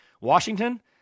Washington